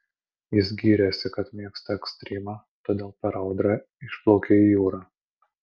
jis gyrėsi kad mėgsta ekstrymą todėl per audrą išplaukė į jūrą